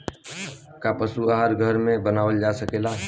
का पशु आहार घर में बनावल जा सकेला?